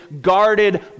guarded